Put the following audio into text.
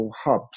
hubs